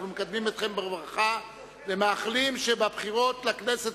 אנחנו מקדמים אתכם בברכה ומאחלים שבבחירות לכנסת